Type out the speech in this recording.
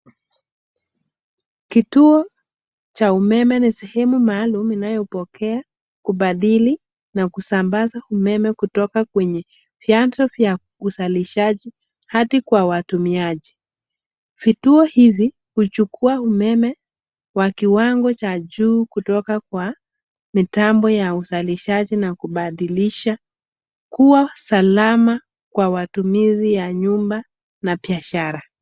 Kituo cha umeme ni sehemu maalum inayopokea, kubadili na kusambaza umeme kutoka kwenye vyanzo vya uzalishaji hadi kwa watumiaji. Vituo hivi, huchukuwa umeme wa kiwango cha juu kutoka kwa mitambo ya uzalishaji na kubadilisha kuwa salama kwa watumizi ya nyumba na biashara.